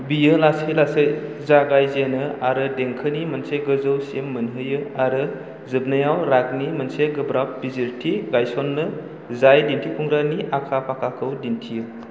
बियो लासै लासै जागाय जेनो आरो देंखोनि मोनसे गोजौसिम मोनहैयो आरो जोबनायाव रागनि मोनसे गोब्राब बिजिरथि गायस'नो जाय दिनथिफुंग्रानि आखा फाखाखौ दिनथियो